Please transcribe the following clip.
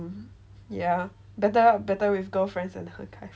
ya better better with girlfriends and her friend